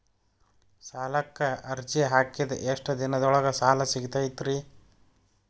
ಸಾಲಕ್ಕ ಅರ್ಜಿ ಹಾಕಿದ್ ಎಷ್ಟ ದಿನದೊಳಗ ಸಾಲ ಸಿಗತೈತ್ರಿ?